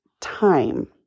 time